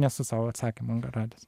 nesu sau atsakymo radęs